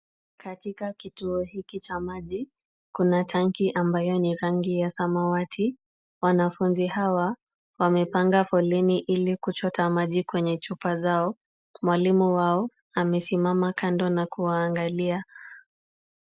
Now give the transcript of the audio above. Katika kituo hiki cha maji, kuna tanki ambayo ni rangi ya samawati. Wanafunzi hawa wamepanga foleni ili kuchota maji kwenye chupa zao, mwalimu wao amesimama kando na kuwaangalia.